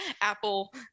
Apple